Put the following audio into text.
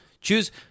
choose